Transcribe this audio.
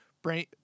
brain